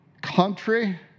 country